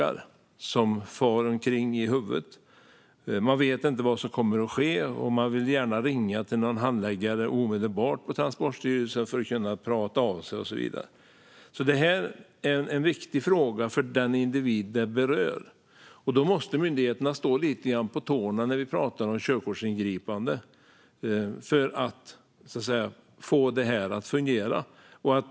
Man vet inte vad som kommer att ske, och man vill gärna omedelbart ringa till någon handläggare på Transportstyrelsen för att prata av sig och så vidare. Detta är alltså en viktig fråga för den individ det berör. Myndigheten måste stå lite grann på tårna när det gäller körkortsingripanden för att detta ska fungera.